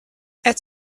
it’s